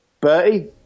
Bertie